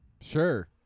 Sure